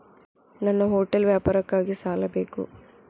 ನನ್ನ ಹೋಟೆಲ್ ವ್ಯಾಪಾರಕ್ಕಾಗಿ ಸಾಲ ಬೇಕು